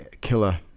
killer